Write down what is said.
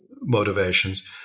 motivations